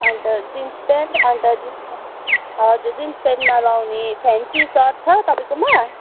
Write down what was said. अन्त jeans pant अन्त jeans प्यान्टमा हजुर जिन्स प्यान्टमा लाउने फ्यान्सी सर्ट छ तपाईँकोमा